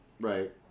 Right